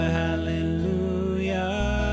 hallelujah